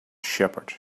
shepherd